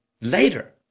later